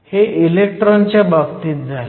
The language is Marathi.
हे इलेक्ट्रॉनच्या बाबतीत झालं